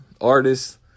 artists